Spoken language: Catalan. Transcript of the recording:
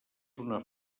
una